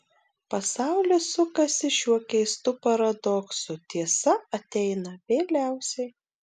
pasaulis sukasi šiuo keistu paradoksu tiesa ateina vėliausiai